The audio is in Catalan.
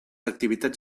activitats